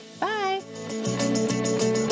bye